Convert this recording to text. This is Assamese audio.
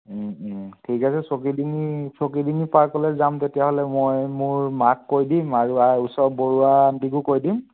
ঠিক আছে ছকিডিঙ্গি ছকিডিঙ্গি পাৰ্কলৈ যাম তেতিয়াহ'লে মই মোৰ মাক কৈ দিম আৰু ওচৰৰ বৰুৱা আণ্টিকো কৈ দিম